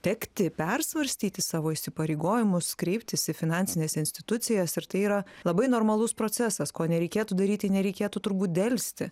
tekti persvarstyti savo įsipareigojimus kreiptis į finansines institucijas ir tai yra labai normalus procesas ko nereikėtų daryti nereikėtų turbūt delsti